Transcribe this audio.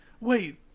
wait